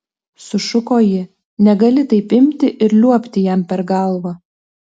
sušuko ji negali taip imti ir liuobti jam per galvą